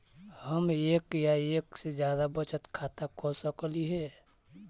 हम एक या एक से जादा बचत खाता खोल सकली हे?